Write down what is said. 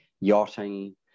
yachting